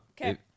Okay